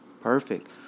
Perfect